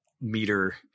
meter